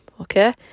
Okay